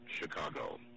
Chicago